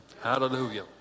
Hallelujah